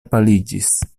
paliĝis